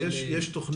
אבל יש תוכנית?